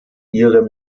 ihrem